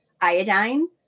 Iodine